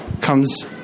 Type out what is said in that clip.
comes